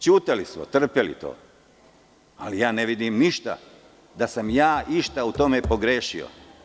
Ćutali smo, trpeli to, ali ja ne vidim ništa da sam ja išta u tome pogrešio.